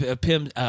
Pim